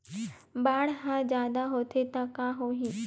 बाढ़ ह जादा होथे त का होही?